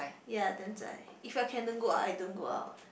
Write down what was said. ya damn 仔 if I can don't go out I don't go out